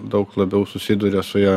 daug labiau susiduria su ja